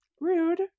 rude